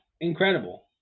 incredible